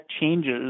changes